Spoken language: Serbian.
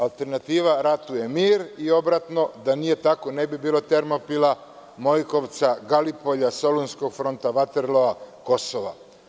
Alternativa ratu je mir i obratno, da nije tako ne bi bilo Termopila, Mojkovca, Galipolja, Solunskog fronta, Vaterloa, Kosova.